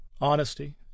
honesty